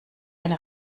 eine